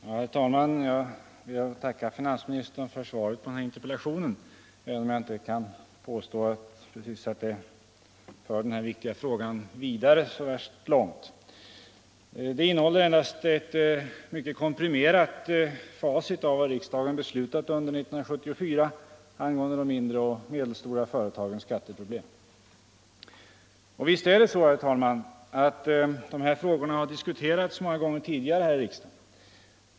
Herr talman! Jag ber att få tacka finansministern för svaret på min interpellation, även om jag inte precis kan påstå att svaret för denna viktiga fråga vidare så värst långt. Det innehåller endast ett mycket komprimerat facit av vad riksdagen har beslutat under 1974 angående de mindre och de medelstora företagens skatteproblem. Visst är det så, herr talman, att dessa frågor har diskuterats många gånger tidigare här i riksdagen.